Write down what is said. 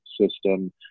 System